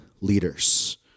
leaders